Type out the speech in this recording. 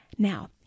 Now